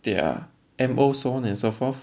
their M_O so on and so forth